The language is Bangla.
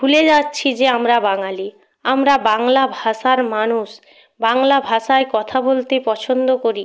ভুলে যাচ্ছি যে আমরা বাঙালি আমরা বাংলা ভাষার মানুষ বাংলা ভাষায় কথা বলতে পছন্দ করি